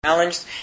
Challenged